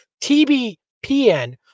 TBPN